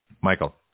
Michael